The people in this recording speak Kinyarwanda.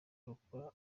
rukora